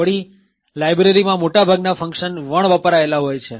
વળી લાઇબ્રેરીમાં મોટાભાગના ફંકશન વણવપરાયેલા હોય છે